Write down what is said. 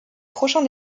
prochain